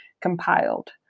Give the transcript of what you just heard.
compiled